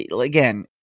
Again